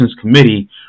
Committee